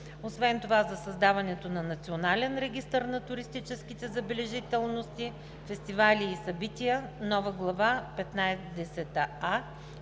общините; създаването на Национален регистър на туристическите забележителности, фестивали и събития – нова глава